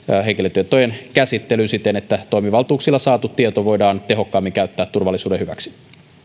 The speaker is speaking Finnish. henkilötietojen käsittelyyn siten että toimivaltuuksilla saatu tieto voidaan tehokkaammin käyttää turvallisuuden hyväksi